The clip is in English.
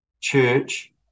church